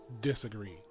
disagree